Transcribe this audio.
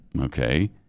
Okay